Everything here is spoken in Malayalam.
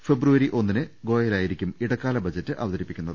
ഫെബ്രുവരി ഒന്നിന് ഗോയലായി രിക്കും ഇടക്കാല ബജറ്റ് അവതരിപ്പിക്കുന്നത്